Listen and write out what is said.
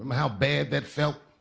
um how bad that felt?